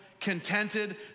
contented